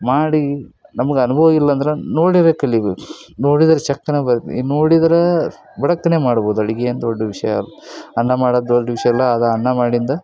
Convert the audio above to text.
ಮಾಡಿ ನಮ್ಗೆ ಅನುಭವ ಇಲ್ಲಂದ್ರೆ ನೋಡ್ಯಾರ ಕಲಿಯಬೇಕು ನೋಡಿದರೆ ಚಕ್ಕನೆ ಬರುತ್ತೆ ಈಗ ನೋಡಿದ್ರೆ ಬುಡಕ್ಕನೆ ಮಾಡ್ಬೋದು ಅಡುಗೆ ಏನು ದೊಡ್ಡ ವಿಷಯ ಅಲ್ಲ ಅನ್ನ ಮಾಡೋದ್ ದೊಡ್ಡ ವಿಷಯ ಅಲ್ಲ ಅದು ಅನ್ನ ಮಾಡಿಂದ